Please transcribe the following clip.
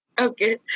Okay